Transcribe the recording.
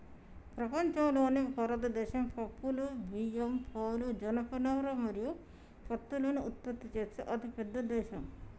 ప్రపంచంలోనే భారతదేశం పప్పులు, బియ్యం, పాలు, జనపనార మరియు పత్తులను ఉత్పత్తి చేసే అతిపెద్ద దేశం